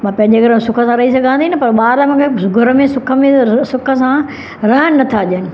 मां पंहिंजे घर में सुख सां रही सघां थी न पर ॿार मुखे घर में सुख में सुख सां रहणु नथा ॾियनि